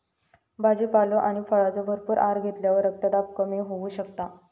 भाजीपालो आणि फळांचो भरपूर आहार घेतल्यावर रक्तदाब कमी होऊ शकता